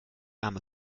arme